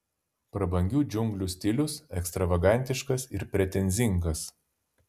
prabangių džiunglių stilius ekstravagantiškas ir pretenzingas